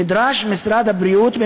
נדרש ממשרד הבריאות,